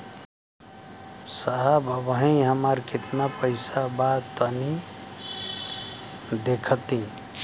साहब अबहीं हमार कितना पइसा बा तनि देखति?